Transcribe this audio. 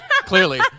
Clearly